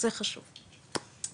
זה חשוב ולי